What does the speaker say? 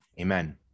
Amen